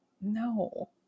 No